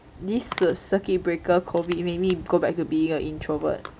this circuit breaker COVID make me go back to be a introvert